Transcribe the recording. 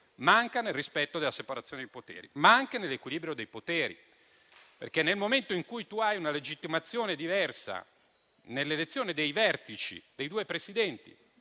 manca il rispetto della separazione dei poteri, manca l'equilibrio dei poteri. Perché, nel momento in cui si ha una legittimazione diversa nelle elezioni dei vertici, dei due Presidenti,